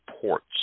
ports